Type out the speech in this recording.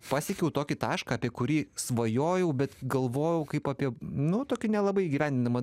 pasiekiau tokį tašką apie kurį svajojau bet galvojau kaip apie nu tokį nelabai įgyvendinamą